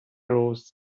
rose